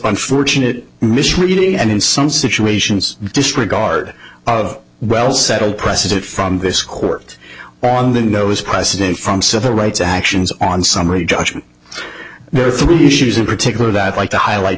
unfortunate misreading and in some situations disregard of well settled precedent from this court on the nose president from civil rights actions on summary judgment there are three issues in particular that like to highlight